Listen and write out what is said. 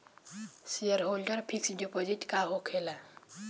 Shareholder fix deposit का होखे ला?